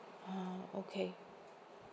oh okay